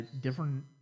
different